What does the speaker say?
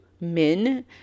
men